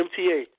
MTA